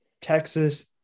Texas